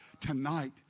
tonight